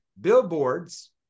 Billboards